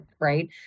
right